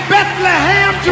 Bethlehem